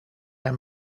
han